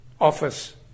office